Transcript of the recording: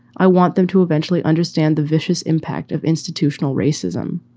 i want them to eventually understand the vicious impact of institutional racism.